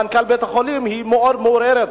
מנכ"ל בית-החולים היא מאוד מעורערת.